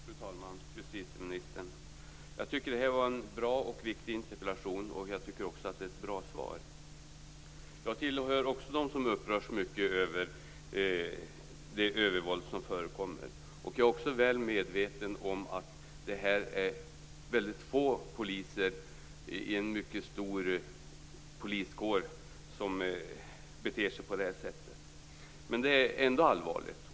Fru talman! Justitieministern! Jag tycker att detta är en bra och viktig interpellation. Jag tycker också att det är ett bra svar. Jag tillhör också dem som upprörs mycket över det övervåld som förekommer. Jag är också väl medveten om att det är väldigt få poliser i en mycket stor poliskår som beter sig på detta sätt. Men det är ändå allvarligt.